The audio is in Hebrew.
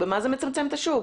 במה זה מצמצם את השוק?